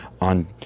on